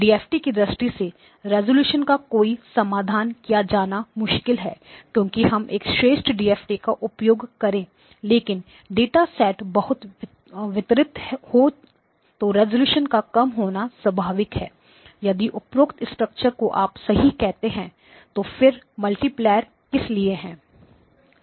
DFT की दृष्टि से रेजोल्यूशन का कोई समाधान किया जाना मुश्किल है क्योंकि हम एक श्रेष्ठ डीएफटी का उपयोग करें लेकिन डाटा सेट बहुत वितरित हो तो रेजोल्यूशन का कम होना स्वभाविक है यदि उपरोक्त स्ट्रक्चर को आप सही कहते हैं तो फिर मल्टीप्लायर किस लिए है